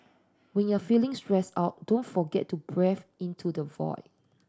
when you are feeling stressed out don't forget to breathe into the void